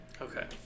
okay